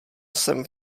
jsem